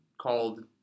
called